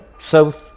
South